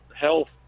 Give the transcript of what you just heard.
health